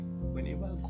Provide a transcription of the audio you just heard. whenever